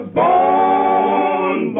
born